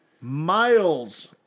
miles